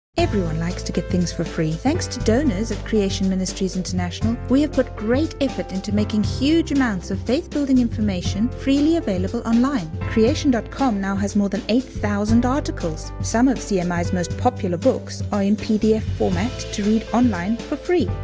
everyone likes to get things for free. thanks to donors of creation ministries international, we've put great effort into making huge amounts of faith building information freely available online. creation dot com now has more than eight thousand articles. some of cmi's most popular books are in pdf format to read online for free.